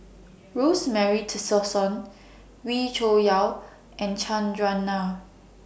Rosemary Tessensohn Wee Cho Yaw and Chandran Nair